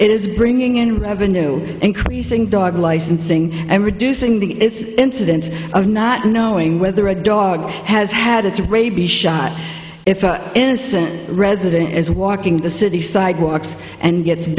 is bringing in revenue increasing dog licensing and reducing the incidence of not knowing whether a dog has had its rabies shot if an innocent resident is walking the city sidewalks and gets